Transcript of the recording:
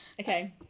okay